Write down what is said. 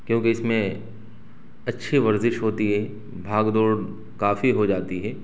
کیوں کہ اس میں اچھی ورزش ہوتی ہے بھاگ دوڑ کافی ہو جاتی ہے